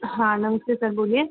हाँ नमस्ते सर बोलिए